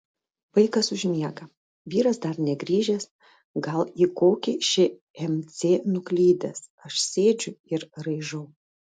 vaikas užmiega vyras dar negrįžęs gal į kokį šmc nuklydęs aš sėdžiu ir raižau